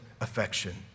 affection